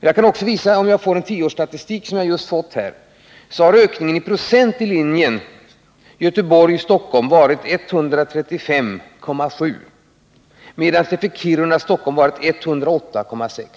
Jag kan också visa — med den tioårsstatistik som jag just fått här — att ökningen i procent på linjen Göteborg-Stockholm varit 135,7, medan den för Kiruna-Stockholm varit 108,6.